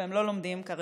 והם לא לומדים כרגיל,